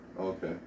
Okay